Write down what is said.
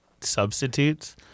substitutes